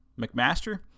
McMaster